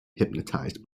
hypnotized